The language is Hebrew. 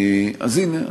אז הנה,